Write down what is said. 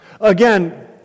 Again